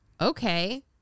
Okay